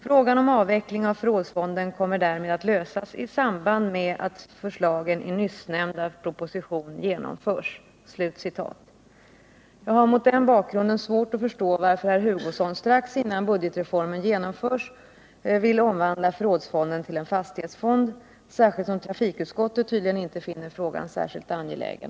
Frågan om avveckling av förrådsfonden kommer därmed att lösas i samband med att förslagen i nyssnämnda proposition genomförs.” Jag har mot denna bakgrund svårt att förstå varför herr Hugosson strax innan budgetreformen genomförs vill omvandla förrådsfonden till en fastighetsfond, speciellt som trafikutskottet tydligen inte finner frågan särskilt angelägen.